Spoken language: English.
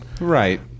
right